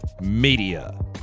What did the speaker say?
Media